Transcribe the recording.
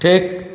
ঠিক